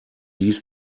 ließ